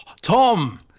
Tom